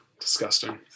disgusting